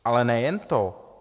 Ale nejen to.